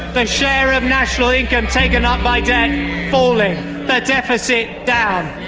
the share of national income taken up by debt, falling. the deficit down.